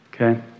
okay